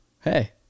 hey